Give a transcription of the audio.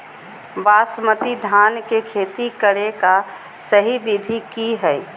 बासमती धान के खेती करेगा सही विधि की हय?